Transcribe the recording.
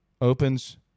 Opens